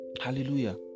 Hallelujah